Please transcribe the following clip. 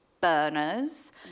burners